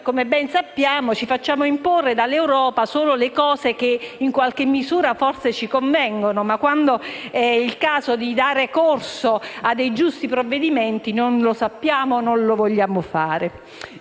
come ben sappiamo, ci facciamo imporre dall'Europa solo le cose che, in qualche misura, ci convengono e quando, invece, è il caso di dare corso a dei giusti provvedimenti, non lo sappiamo o non lo vogliamo fare.